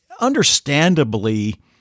understandably